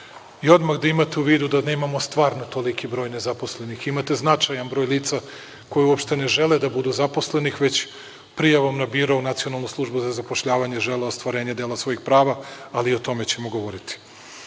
i odmah da imate u vidu da nemamo stvarno toliki broj nezaposlenih. Imate značajan broj lica koji uopšte ne žele da budu zaposleni, već prijavom na biro u Nacionalnu službu za zapošljavanje žele ostvarenje dela svojih prava, ali o tome ćemo govoriti.